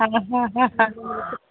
ആ ഹ ആ ഹാ